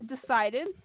decided